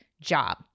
job